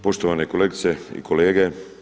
Poštovane kolegice i kolege.